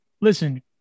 Listen